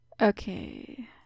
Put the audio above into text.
Okay